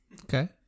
Okay